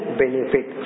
benefit